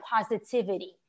positivity